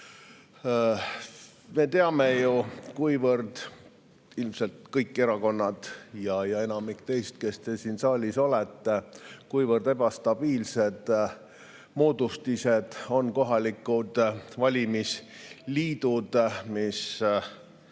Me teame ju kõik – ilmselt kõik erakonnad ja enamik teist, kes te siin saalis olete –, kuivõrd ebastabiilsed moodustised on kohalikud valimisliidud.